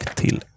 till